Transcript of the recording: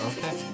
Okay